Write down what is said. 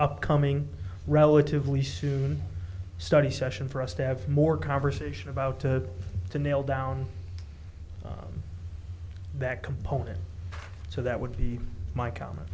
upcoming relatively soon study session for us to have more conversation about to to nail down that component so that would be my comment